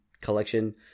collection